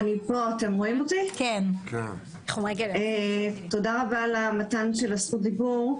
תודה רבה על זכות דיבור.